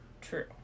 True